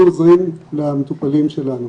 אנחנו עוזרים למטופלים שלנו.